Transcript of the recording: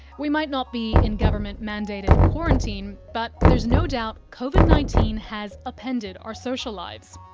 we might not be in government mandated quarantine, but there's no doubt covid nineteen has upended our social lives.